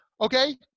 Okay